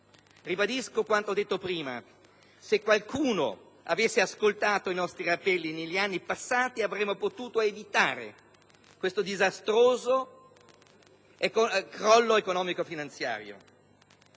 Ribadisco quanto detto prima: se qualcuno avesse ascoltato i nostri appelli negli anni passati, avremmo potuto evitare questo disastroso crollo economico-finanziario.